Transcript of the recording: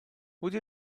would